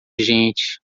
gente